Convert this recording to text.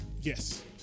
Yes